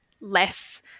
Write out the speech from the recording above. less